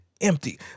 empty